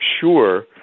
sure